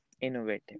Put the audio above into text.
innovative